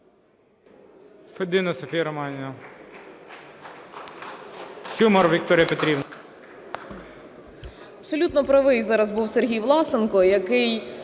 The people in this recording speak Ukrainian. Абсолютно правий зараз був Сергій Власенко, який